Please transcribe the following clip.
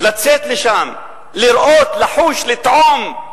לצאת לשם, לראות, לחוש, לטעום,